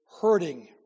hurting